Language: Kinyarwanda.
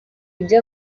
ibyo